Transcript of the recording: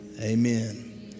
amen